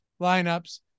lineups